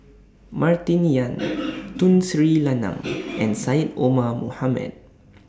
Martin Yan Tun Sri Lanang and Syed Omar Mohamed